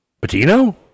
Patino